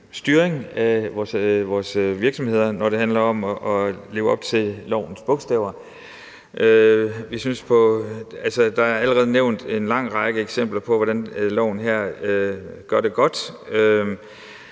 styring af vores virksomheder, når det handler om at leve op til lovens bogstav. Der er allerede blevet nævnt en lang række eksempler på, hvordan loven her gør det godt,